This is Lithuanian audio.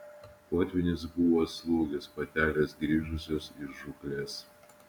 potvynis buvo atslūgęs patelės grįžusios iš žūklės